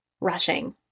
rushing